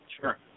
Sure